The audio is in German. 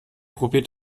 probiert